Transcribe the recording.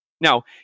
Now